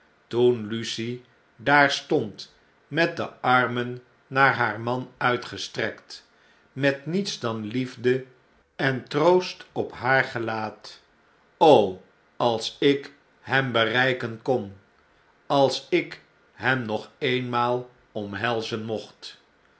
toen lucie daar stond met de armen naar haar man uitgestrekt met niets dan liefde en troost op haar gelaat als ik hem bereiken kon als ik hem nog eenmaal omhelzen mocht